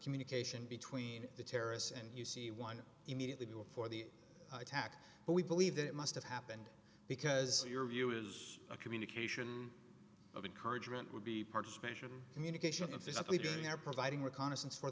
communication between the terrorists and you see one immediately before the attack but we believe that it must have happened because your view is a communication of encouragement would be participation communication and physically doing are providing reconnaissance for